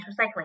recycling